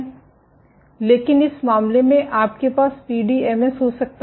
लेकिन इस मामले में आपके पास पीडीएमएस हो सकता है